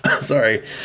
Sorry